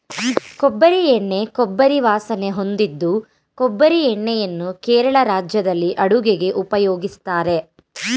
ಕೊಬ್ಬರಿ ಎಣ್ಣೆ ಕೊಬ್ಬರಿ ವಾಸನೆ ಹೊಂದಿದ್ದು ಕೊಬ್ಬರಿ ಎಣ್ಣೆಯನ್ನು ಕೇರಳ ರಾಜ್ಯದಲ್ಲಿ ಅಡುಗೆಗೆ ಉಪಯೋಗಿಸ್ತಾರೆ